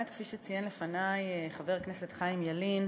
כפי שציין לפני חבר הכנסת חיים ילין,